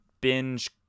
binge